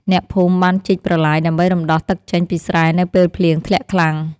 អ្នកភូមិបានជីកប្រឡាយដើម្បីរំដោះទឹកចេញពីស្រែនៅពេលភ្លៀងធ្លាក់ខ្លាំង។